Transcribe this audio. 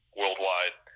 worldwide